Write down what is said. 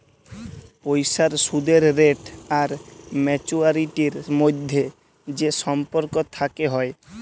পইসার সুদের রেট আর ম্যাচুয়ারিটির ম্যধে যে সম্পর্ক থ্যাকে হ্যয়